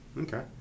Okay